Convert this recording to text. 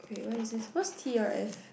what is this what's T_R_F